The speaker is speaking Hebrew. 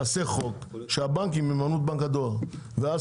נעשה חוק שהבנקים יממנו את בנק הדואר ואז